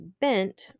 bent